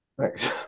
Thanks